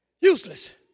Useless